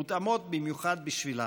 מותאמות במיוחד בשבילן,